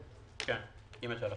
ג3.